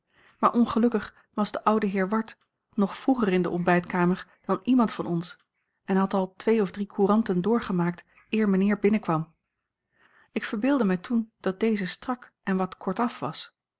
maar ongelukkig was de oude heer ward nog vroeger in de ontbijtkamer dan iemand van ons en had al twee of drie couranten doorgemaakt eer mijnheer binnenkwam ik verbeeldde mij toen dat deze strak en wat kortaf was